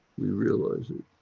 we realise it.